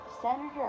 Senator